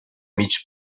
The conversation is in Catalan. mig